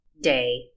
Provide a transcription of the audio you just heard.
day